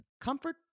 comfort